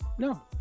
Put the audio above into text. No